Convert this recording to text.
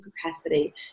capacity